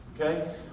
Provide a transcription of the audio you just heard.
okay